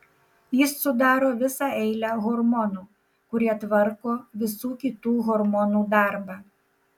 jis sudaro visą eilę hormonų kurie tvarko visų kitų hormonų darbą